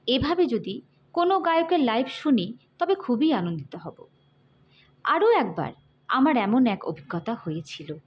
এভাবে যদি কোনো গায়কের লাইভ শুনি তবে খুবই আনন্দিত হবো আরও একবার আমার এমন এক অভিজ্ঞতা হয়েছিল